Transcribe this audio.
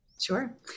Sure